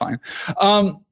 fine